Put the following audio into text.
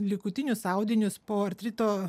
likutinius audinius po artrito